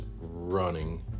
running